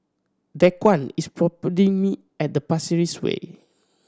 Daquan is me at the Pasir Ris Way